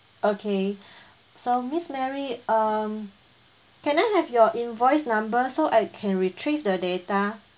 okay so miss mary um can I have your invoice number so I can retrieve the data